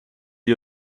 gli